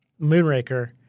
Moonraker